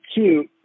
cute